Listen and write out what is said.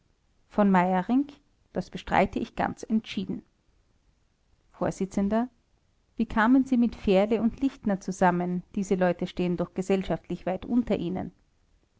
v m das bestreite ich ganz entschieden vors wie kamen sie mit fährle und lichtner zusammen diese leute stehen doch gesellschaftlich weit unter ihnen